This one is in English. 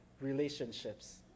relationships